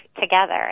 together